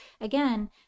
again